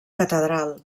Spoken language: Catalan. catedral